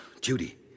Judy